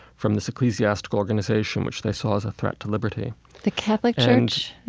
from this ecclesiastical organization, which they saw as a threat to liberty the catholic church?